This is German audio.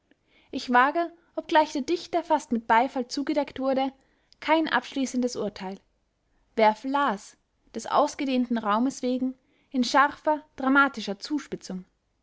ich wage obgleich der dichter fast mit beifall zugedeckt wurde kein abschließendes urteil werfel las des ausgedehnten raumes wegen in scharfer dramatischer zuspitzung